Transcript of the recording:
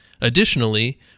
Additionally